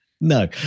No